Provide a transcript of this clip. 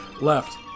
Left